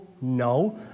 No